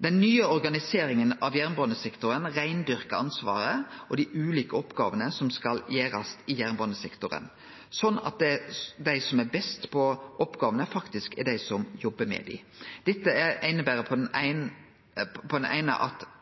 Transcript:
Den nye organiseringa av jernbanesektoren reindyrkar ansvaret og dei ulike oppgåvene som skal gjerast i jernbanesektoren, slik at dei som er best på oppgåvene, faktisk er dei som jobbar med dei. Dette inneber på den eine sida at talet på aktørar i sektoren har auka. På den